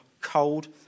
cold